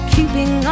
Keeping